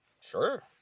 Sure